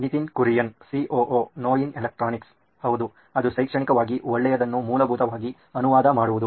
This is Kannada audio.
ನಿತಿನ್ ಕುರಿಯನ್ ಸಿಒಒ ನೋಯಿನ್ ಎಲೆಕ್ಟ್ರಾನಿಕ್ಸ್ ಹೌದು ಅದು ಶೈಕ್ಷಣಿಕವಾಗಿ ಒಳ್ಳೆಯದನ್ನು ಮೂಲಭೂತವಾಗಿ ಅನುವಾದ ಮಾಡುವುದು